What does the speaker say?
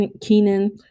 Keenan